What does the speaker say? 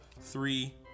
three